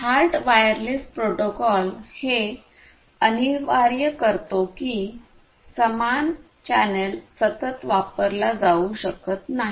heart wireless protocol हे अनिवार्य करतो की समान चॅनेल सतत वापरला जाऊ शकत नाही